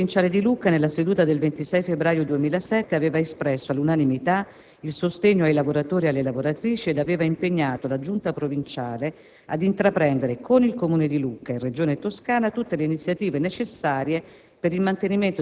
Il Consiglio provinciale di Lucca, nella seduta del 26 febbraio 2007, aveva espresso all'unanimità il sostegno ai lavoratori e alle lavoratrici ed aveva impegnato la Giunta provinciale ad intraprendere con il Comune di Lucca e la Regione Toscana tutte le iniziative necessarie